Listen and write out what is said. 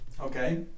Okay